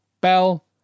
Bell